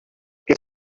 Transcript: que